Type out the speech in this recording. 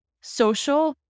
social